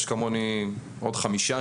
יש כמוני עוד 5,